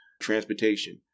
transportation